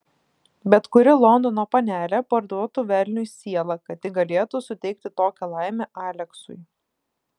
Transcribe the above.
bet kuri londono panelė parduotų velniui sielą kad tik galėtų suteikti tokią laimę aleksui